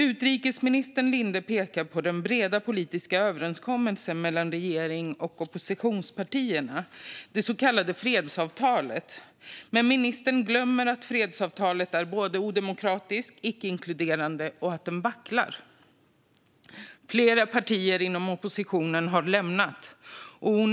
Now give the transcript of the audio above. Utrikesminister Linde pekar på den breda politiska överenskommelsen mellan regeringen och oppositionspartierna, det så kallade fredsavtalet. Men ministern glömmer att fredsavtalet är både odemokratiskt och icke inkluderande och att det vacklar. Flera partier inom oppositionen har lämnat avtalet.